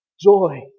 joy